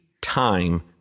time